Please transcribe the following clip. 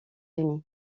unis